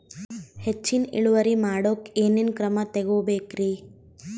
ಹೆಚ್ಚಿನ್ ಇಳುವರಿ ಮಾಡೋಕ್ ಏನ್ ಏನ್ ಕ್ರಮ ತೇಗೋಬೇಕ್ರಿ?